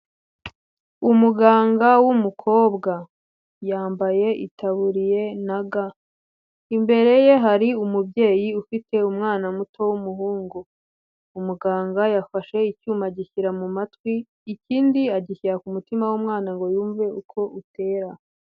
Umuganga w'umukobwa yambaye itaburiye na ga imbere ye hari umubyeyi ufite umwana muto w'umuhungu, umuganga yafashe icyuma agishyira mu matwi ikindi agishyira ku mutima w'umwana ngo yumve uko utera.